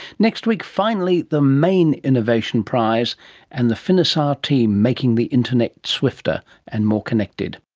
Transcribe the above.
next week, finally the main innovation prize and the finisar team making the internet swifter and more connected